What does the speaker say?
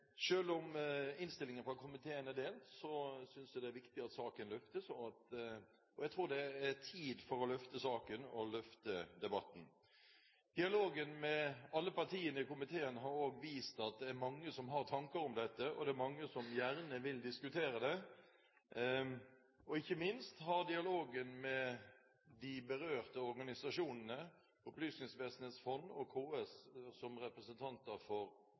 løftes. Jeg tror det er tid for å løfte saken og løfte debatten. Dialogen med alle partiene i komiteen har også vist at det er mange som har tanker om dette, og at det er mange som gjerne vil diskutere det. Ikke minst har dialogen med de berørte organisasjonene, Opplysningsvesenets fond og KS, som representanter for